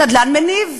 נדל"ן מניב.